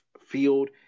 field